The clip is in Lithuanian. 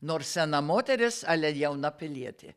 nors sena moteris ale jauna pilietė